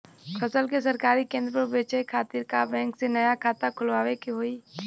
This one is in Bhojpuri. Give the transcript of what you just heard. फसल के सरकारी केंद्र पर बेचय खातिर का बैंक में नया खाता खोलवावे के होई?